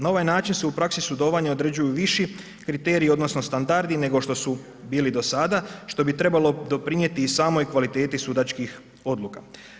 Na ovaj način se u praksi sudovanja određuju viši kriteriji odnosno standardi nego što su bili do sada što bi trebalo doprinijeti i samoj kvaliteti sudačkih odluka.